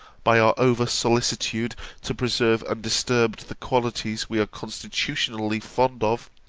by our over-solicitude to preserve undisturbed the qualities we are constitutionally fond of,